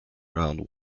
round